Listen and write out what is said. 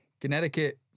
Connecticut